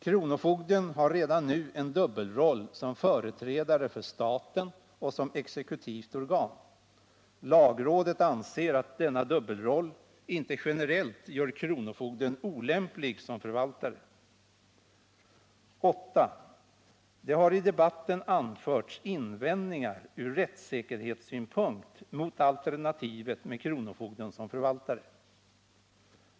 Kronofogden har redan nu en dubbelroll som företrädare för staten och som exekutivt organ. Lagrådet anser att denna dubbelroll inte generellt gör kronofogden olämplig som förvaltare. 8. Det har i debatten anförts invändningar ur rättssäkerhetssynpunkt mot alternativet med kronofogden som förvaltare.